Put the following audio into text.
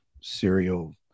serial